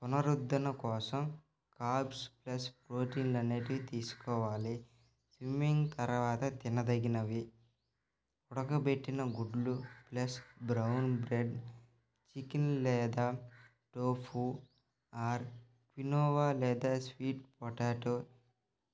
పునరుద్దరణ కోసం carbs plus ప్రోటీన్లు అనేటివి తీసుకోవాలి స్విమ్మింగ్ తరవాత తినదగినవి ఉడకబెట్టిన గుడ్లు ప్లెస్ బ్రౌన్ బ్రెడ్ చికెన్ లేదా టోఫు ఆర్ కినోవా లేదా స్వీట్ పొటాటో